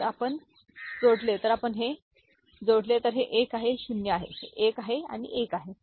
जर आपण जोडले तर आपण हे जोडले तर हे 1 आहे हे 0 आहे हे 1 आहे आणि 1 आहे